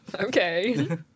Okay